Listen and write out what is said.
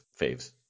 faves